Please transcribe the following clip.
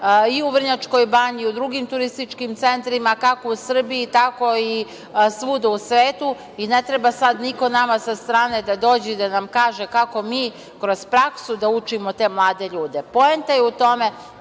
i u Vrnjačkoj banji i u drugim turističkim centrima kako u Srbiji tako i svuda u svetu i ne treba sada niko nama sa strane da dođe i da nam kaže kako mi kroz praksu da učimo te mlade ljude. Poenta je u tome